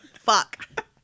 Fuck